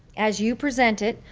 as you present it,